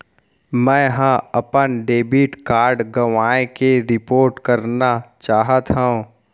मै हा अपन डेबिट कार्ड गवाएं के रिपोर्ट करना चाहत हव